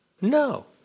No